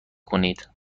کنید